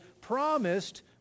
promised